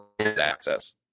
access